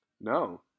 No